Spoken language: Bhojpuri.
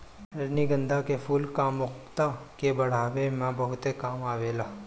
रजनीगंधा के फूल कामुकता के बढ़ावे में बहुते काम आवेला